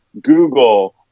Google